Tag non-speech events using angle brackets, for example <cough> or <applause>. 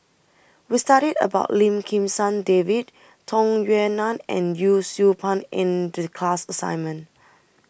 We studied about Lim Kim San David Tung Yue Nang and Yee Siew Pun in <unintelligible> class assignment